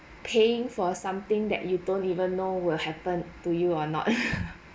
paying for something that you don't even know will happen to you or not